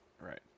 Right